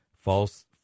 false